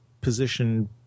position